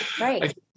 Right